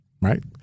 Right